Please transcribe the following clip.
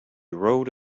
rode